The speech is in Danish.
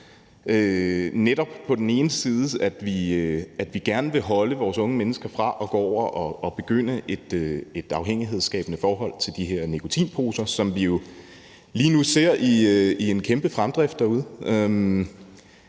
På den ene side vil vi gerne holde vores unge mennesker fra at begynde at få et afhængighedsskabende forhold til de her nikotinposer, som vi jo lige nu ser er i en kæmpe fremdrift derude,